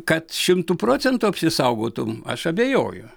kad šimtu procentų apsisaugotų aš abejoju